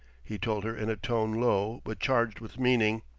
he told her in a tone low, but charged with meaning.